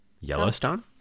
Yellowstone